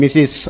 Mrs